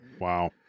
Wow